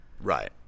Right